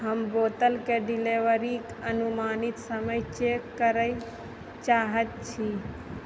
हम बोतल के डिलीवरीके अनुमानित समय चेक करऽ चाहैत छी